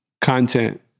content